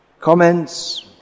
comments